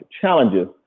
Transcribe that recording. challenges